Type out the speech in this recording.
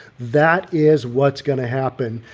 that is what's going to happen.